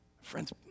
Friends